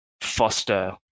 foster